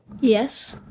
Yes